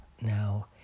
now